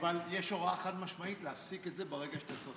יש הוראה חד-משמעית להפסיק את זה ברגע שאתם צריכים,